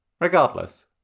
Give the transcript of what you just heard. Regardless